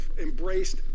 embraced